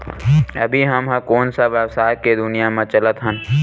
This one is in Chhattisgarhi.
अभी हम ह कोन सा व्यवसाय के दुनिया म चलत हन?